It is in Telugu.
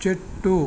చెట్టు